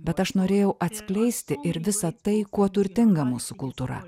bet aš norėjau atskleisti ir visa tai kuo turtinga mūsų kultūra